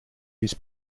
his